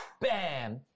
bam